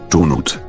Donut